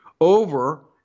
over